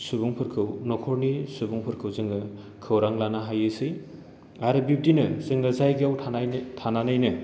सुबुंफोरखौ न'खरनि सुबुंफोरखौ जोङो खौरां लानो हायोसै आरो बिब्दिनो जोङो जायगायाव थानाय थानानैनो